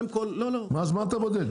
לא, לא --- אז מה אתה בודק?